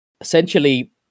essentially